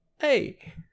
Hey